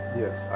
yes